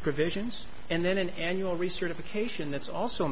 provisions and then an annual recertification that's also